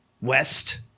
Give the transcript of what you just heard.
West